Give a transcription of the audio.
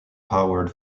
powered